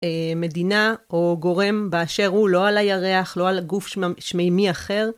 מדינה או גורם באשר הוא לא על הירח, לא על גוף שמיימי אחר.